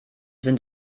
sind